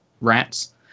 rats